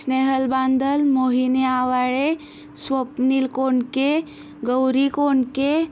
Snehal Bandal Mohini Awale Swapnil Kondke Gauri Kondke